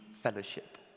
fellowship